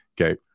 okay